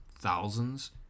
thousands